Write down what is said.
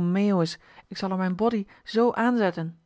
meeuwis ik zal er m'n body zoo aan zetten